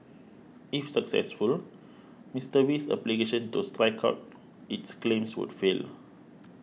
if successful Mister Wee's application to strike out its claims would fail